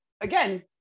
Again